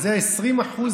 וזה 20% תוספת.